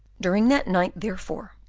during that night, therefore,